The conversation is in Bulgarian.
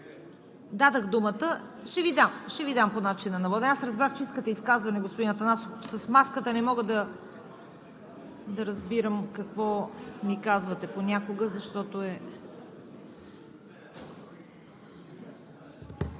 Дадох думата. Ще Ви дам по начина на водене. Аз разбрах, че искате изказване, господин Атанасов. С маската не мога да разбирам какво ми казвате понякога, защото е…